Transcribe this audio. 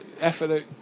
effort